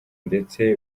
ndetse